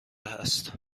است